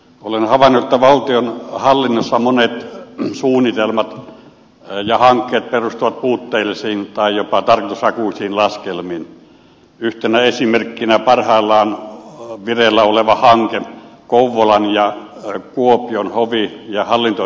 olen havainnut että valtionhallinnossa monet suunnitelmat ja hankkeet perustuvat puutteellisiin tai jopa tarkoitushakuisiin laskelmiin yhtenä esimerkkinä parhaillaan vireillä oleva hanke kouvolan ja kuopion hovi ja hallinto oikeuksien yhdistämisestä